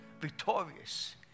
Victorious